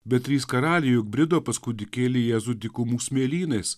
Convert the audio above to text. bet trys karaliai juk brido pas kūdikėlį jėzų dykumų smėlynais